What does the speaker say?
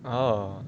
oh